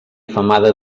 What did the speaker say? femada